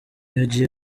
yagiye